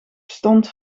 stond